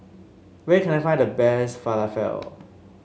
where can I find the best Falafel